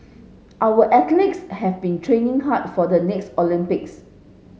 our athletes have been training hard for the next Olympics